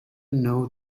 know